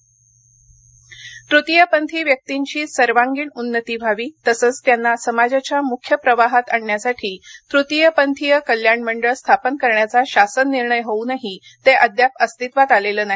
ततीयपंथीय तृतीयपंथी व्यक्तींची सर्वांगीण उन्नती व्हावी तसंच त्यांना समाजाच्या मुख्य प्रवाहात आणण्यासाठी तृतीयपंथीय कल्याण मंडळ स्थापन करण्याचा शासन निर्णय होऊनही ते अद्याप अस्तित्वात आलेलं नाही